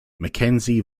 mckenzie